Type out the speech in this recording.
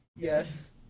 Yes